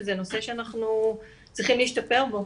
שזה נושא שאנחנו צריכים להשתפר בו.